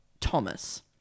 thomas